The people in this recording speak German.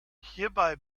hierbei